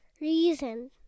reason